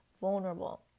vulnerable